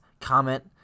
comment